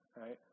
right